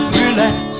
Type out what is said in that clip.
relax